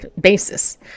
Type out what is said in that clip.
basis